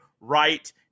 right